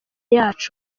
yacu